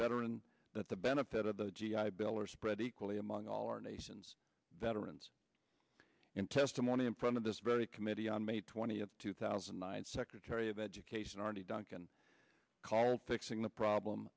better and that the benefit of the g i bill are spread equally among all our nation's veterans in testimony in front of this very committee on may twentieth two thousand and nine secretary of education arne duncan called fixing the problem